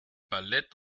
ballett